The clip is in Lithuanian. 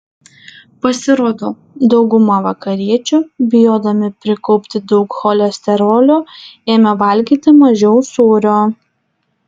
pasirodo dauguma vakariečių bijodami prikaupti daug cholesterolio ėmė valgyti mažiau sūrio